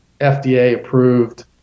FDA-approved